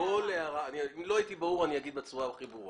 אם לא הייתי ברור, אני אומר בצורה הכי ברורה.